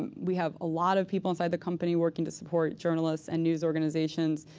and we have a lot of people inside the company working to support journalists and news organizations.